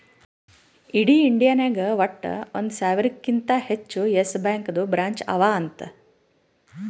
ಇಡೀ ಇಂಡಿಯಾ ನಾಗ್ ವಟ್ಟ ಒಂದ್ ಸಾವಿರಕಿಂತಾ ಹೆಚ್ಚ ಯೆಸ್ ಬ್ಯಾಂಕ್ದು ಬ್ರ್ಯಾಂಚ್ ಅವಾ ಅಂತ್